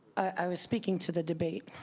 i was speaking to the debate.